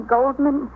Goldman